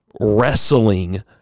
wrestling